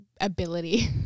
ability